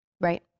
Right